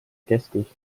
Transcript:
keskus